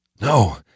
No